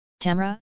Tamra